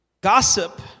Gossip